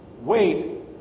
Wait